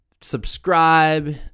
subscribe